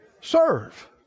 Serve